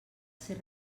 ser